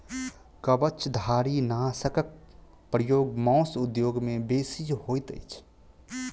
कवचधारीनाशकक प्रयोग मौस उद्योग मे बेसी होइत अछि